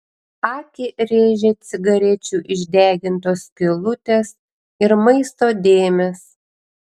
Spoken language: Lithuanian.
akį rėžė cigarečių išdegintos skylutės ir maisto dėmės